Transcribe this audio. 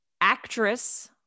Actress